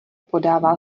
podává